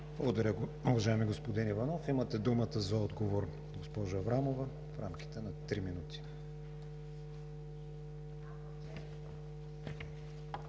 Благодаря, уважаеми господин Иванов. Имате думата за отговор, госпожо Аврамова, в рамките на три минути.